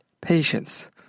Patience